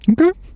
Okay